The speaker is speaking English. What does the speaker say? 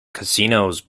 casinos